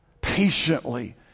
patiently